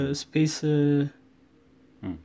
space